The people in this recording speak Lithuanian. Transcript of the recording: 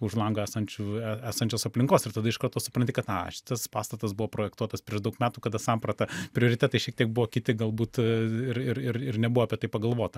už lango esančių esančios aplinkos ir tada iš karto supranti kad na šitas pastatas buvo projektuotas prieš daug metų kada samprata prioritetai šiek tiek buvo kiti galbūt ir ir ir nebuvo apie tai pagalvota